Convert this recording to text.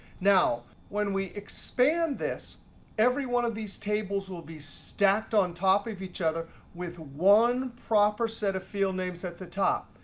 now when we expand this every one of these tables will be stacked on top of each other with one proper set of field names at the top.